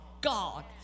God